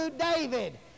David